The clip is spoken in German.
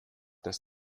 das